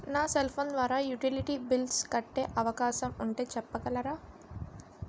నా cell phone ద్వారా utility bills కట్టే అవకాశం ఉంటే చెప్పగలరా?